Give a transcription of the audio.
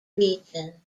region